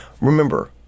remember